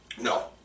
no